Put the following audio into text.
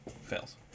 fails